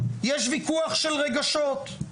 יש ויכוח של רגשות,